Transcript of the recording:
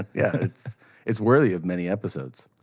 yeah, it's it's worthy of many episodes.